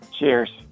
Cheers